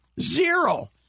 Zero